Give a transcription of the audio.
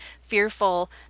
fearful